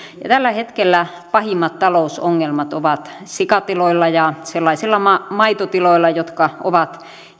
tällä hetkellä pahimmat talousongelmat ovat sikatiloilla ja sellaisilla maitotiloilla jotka ovat